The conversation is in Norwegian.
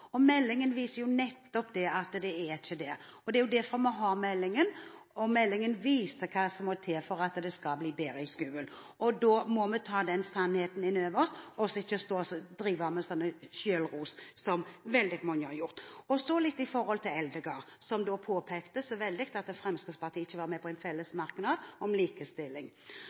det er derfor vi har fått meldingen. Meldingen viser hva som må til for at det skal bli bedre i skolen. Da må vi ta den sannheten inn over oss. Man må ikke stå og rose seg selv, som veldig mange har gjort. Så til representanten Eldegard, som påpekte at Fremskrittspartiet ikke var med på en fellesmerknad om likestilling.